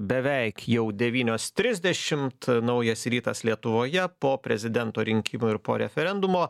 beveik jau devynios trisdešimt naujas rytas lietuvoje po prezidento rinkimų ir po referendumo